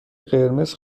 قرمز